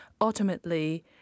ultimately